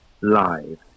Live